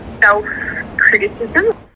self-criticism